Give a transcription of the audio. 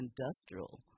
industrial